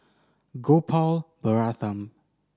Gopal Baratham